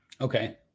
Okay